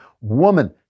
woman